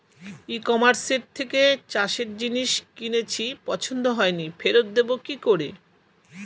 ই কমার্সের থেকে চাষের জিনিস কিনেছি পছন্দ হয়নি ফেরত দেব কী করে?